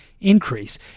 Increase